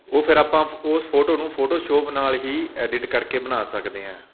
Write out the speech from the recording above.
ਉਹ ਫਿਰ ਆਪਾਂ ਫ ਉਸ ਫੋਟੋ ਨੂੰ ਫੋਟੋ ਸ਼ੋਪ ਨਾਲ ਹੀ ਐਡਿਟ ਕਰਕੇ ਬਣਾ ਸਕਦੇ ਹਾਂ